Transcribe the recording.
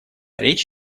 речь